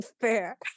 Fair